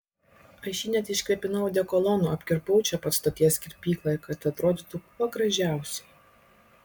aš jį net iškvėpinau odekolonu apkirpau čia pat stoties kirpykloje kad atrodytų kuo gražiausiai